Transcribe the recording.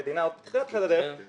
ובתחילת הדרך ביקשנו את זה מהמדינה,